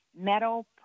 metal